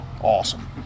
Awesome